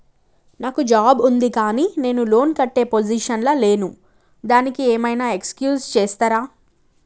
నాకు జాబ్ ఉంది కానీ నేను లోన్ కట్టే పొజిషన్ లా లేను దానికి ఏం ఐనా ఎక్స్క్యూజ్ చేస్తరా?